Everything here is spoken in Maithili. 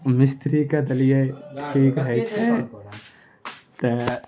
मिस्त्रीके देलियै की कहै छै तऽ